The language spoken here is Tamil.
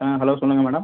ஆ ஹலோ சொல்லுங்கள் மேடம்